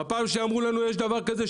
והפעם כשאמרו לנו שיש דבר כזה,